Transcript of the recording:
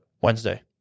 Wednesday